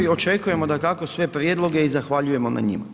Očekujemo dakako sve prijedloge i zahvaljujemo na njima.